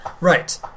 Right